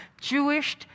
Jewish